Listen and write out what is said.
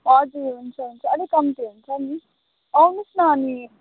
हजुर हुन्छ हुन्छ अलिक कम्ती हुन्छ नि आउनुहोस् न अनि